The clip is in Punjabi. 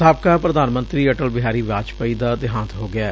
ਸਾਬਕਾ ਪ੍ਰਧਾਨ ਮੰਤਰੀ ਅਟਲ ਬਿਹਾਰੀ ਵਾਜਪੇਈ ਦਾ ਦਿਹਾਂਤ ਹੋ ਗਿਐ